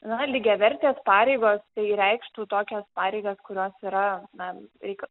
na lygiavertės pareigos tai reikštų tokias pareigas kurios yra na reik